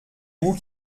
vous